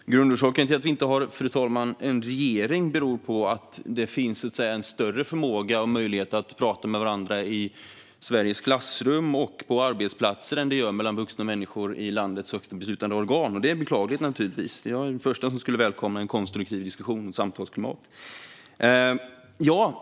Fru talman! Grundorsaken till att vi inte har en regering är att det finns en större förmåga och möjlighet att tala med varandra i Sveriges klassrum och på arbetsplatser än vad det gör mellan vuxna människor i landets högsta beslutande organ. Det är naturligtvis beklagligt. Jag är den förste att välkomna en konstruktiv diskussion och ett konstruktivt samtalsklimat.